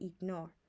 ignore